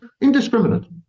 indiscriminate